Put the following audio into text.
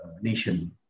nation